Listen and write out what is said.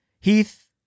Heath